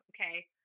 okay